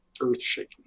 earth-shaking